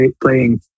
playing